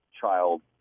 child